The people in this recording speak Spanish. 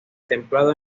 templado